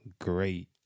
great